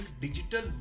digital